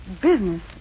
Business